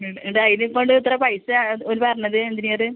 എന്നിട്ട് അതിന് ഇപ്പം ഉണ്ടെത്ര പൈസ ഓർ പറഞ്ഞത് എഞ്ചിനീയർ